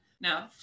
Now